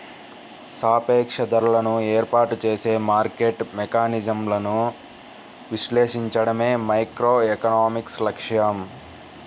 సాపేక్ష ధరలను ఏర్పాటు చేసే మార్కెట్ మెకానిజమ్లను విశ్లేషించడమే మైక్రోఎకనామిక్స్ లక్ష్యం